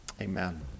Amen